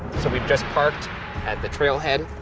so we've just parked at the trail head.